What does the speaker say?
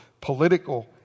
political